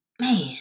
man